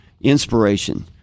inspiration